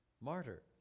martyr